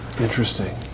Interesting